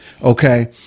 Okay